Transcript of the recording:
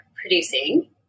producing